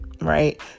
right